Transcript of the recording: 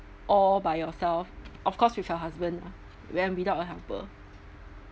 all by yourself of course with your husband ah when without a helper